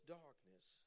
darkness